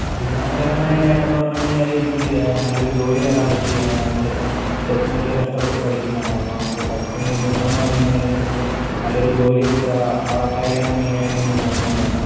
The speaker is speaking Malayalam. അഭിമാനകരമായ നേട്ടം എന്ന് പറഞ്ഞുകഴിഞ്ഞാൽ എനിക്ക് നല്ലൊരു ജോലി നേടാൻ പറ്റി നമ്മളിപ്പം ചെറുപ്പം മുതലേ കഷ്ടപ്പെട്ട് പഠിക്കുന്നതാണല്ലോ അപ്പോൾ നമ്മൾ പഠിച്ചതിന് ഒരു ഗുണം എന്ന് പറഞ്ഞുകഴിഞ്ഞാൽ നമുക്ക് നല്ലൊരു ജോലി കിട്ടുക ആ കാര്യമാണ് മെയിൻ ആയിട്ട് നമ്മൾ നോക്കുന്നത് അപ്പം